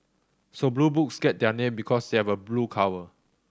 so Blue Books get their name because they have a blue cover